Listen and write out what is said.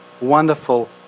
Wonderful